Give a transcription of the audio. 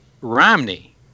Romney